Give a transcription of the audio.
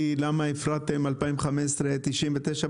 חודשיים?